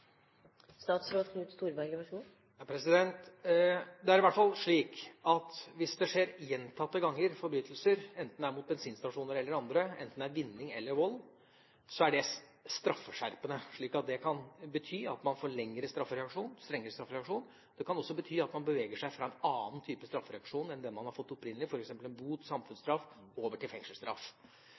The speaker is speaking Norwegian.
Det er i hvert fall slik at hvis det skjer forbrytelser gjentatte ganger, enten det er mot bensinstasjoner eller andre, enten det er vinning eller vold, er det straffeskjerpende, slik at det kan bety at man får lengre straffereaksjon, strengere straffereaksjon. Det kan også bety at man beveger seg fra en annen type straffereaksjon enn det man har fått opprinnelig, f.eks. fra bot, samfunnsstraff over til fengselsstraff.